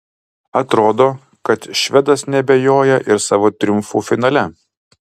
atrodo kad švedas neabejoja ir savo triumfu finale